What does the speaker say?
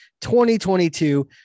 2022